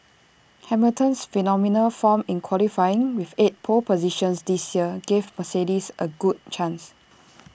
Hamilton's phenomenal form in qualifying with eight pole positions this year gives Mercedes A good chance